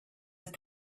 had